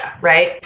right